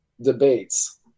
debates